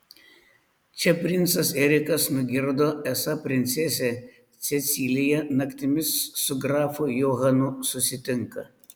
čia princas erikas nugirdo esą princesė cecilija naktimis su grafu johanu susitinka